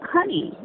Honey